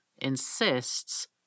insists